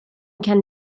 can